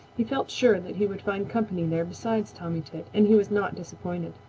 he felt sure that he would find company there besides tommy tit, and he was not disappointed.